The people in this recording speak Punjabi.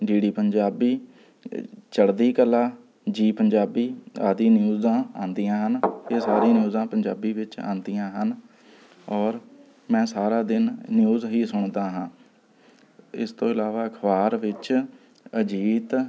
D D Punjabi Chardi Kala Zee Punjabi ਆਦਿ ਨਿਊਜਾਂ ਆਉਂਦੀਆਂ ਹਨ ਇਹ ਸਾਰੀ ਨਿਊਜਾਂ ਪੰਜਾਬੀ ਵਿੱਚ ਆਉਦੀਆਂ ਹਨ ਔਰ ਮੈਂ ਸਾਰਾ ਦਿਨ ਨਿਊਜ ਹੀ ਸੁਣਦਾ ਹਾਂ ਇਸ ਤੋਂ ਇਲਾਵਾ ਅਖ਼ਬਾਰ ਵਿੱਚ ਅਜੀਤ